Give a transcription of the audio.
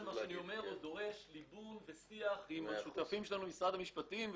זה דורש ליבון ושיח עם השותפים שלנו: משרד המשפטים,